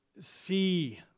see